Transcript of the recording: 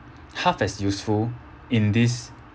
half as useful in this